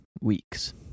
weeks